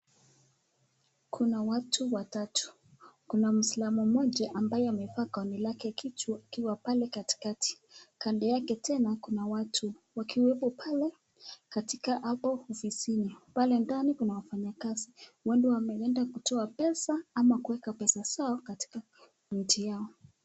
Kuna watu watatu. Kuna mwislamu moja ambaye amevaa gauni lake kichwa akiwa pale katikati. Kando yake tena kuna watu, wakiwepo pale katika hapo ofisini. Pale ndani kuna wafanyikazi huenda wameenda kutoa pesa ama kuweka pesa zao katika ATM.